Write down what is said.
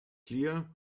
clear